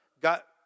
got